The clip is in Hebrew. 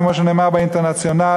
כמו שנאמר ב"אינטרנציונל",